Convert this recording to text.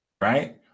right